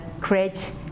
create